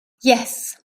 yes